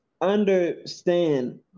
understand